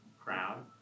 crowd